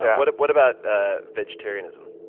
what what about ah vegetarianism?